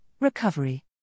recovery